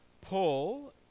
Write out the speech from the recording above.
Paul